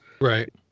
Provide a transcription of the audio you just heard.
Right